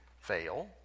fail